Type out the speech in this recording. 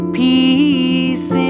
peace